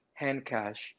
Handcash